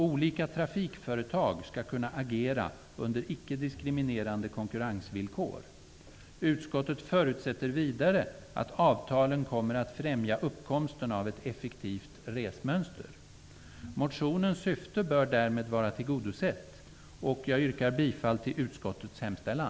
Olika trafikföretag skall kunna agera under icke diskriminerande konkurrensvillkor. Utskottet förutsätter vidare att avtalen kommer att främja uppkomsten av ett effektivt resmönster. Motionens syfte bör därmed vara tillgodosett. Jag yrkar bifall till utskottets hemställan.